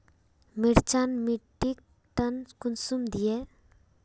मिर्चान मिट्टीक टन कुंसम दिए?